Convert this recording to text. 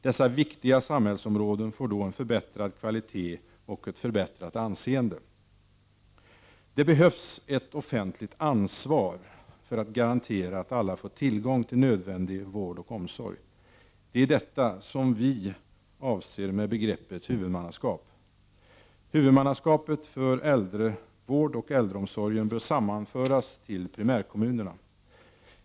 Dessa viktiga samhällsområden får då en förbättrad kvalitet och ett förbättrat anseende. Det behövs ett offentligt ansvar för att garantera att alla får tillgång till nödvändig vård och omsorg. Det är detta som vi avser med begreppet huvudmannaskap. Huvudmannaskapet för äldrevård och äldreomsorg bör sammanföras till primärkommunerna.